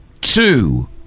two